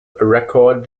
record